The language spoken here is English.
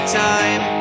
time